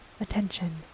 Attention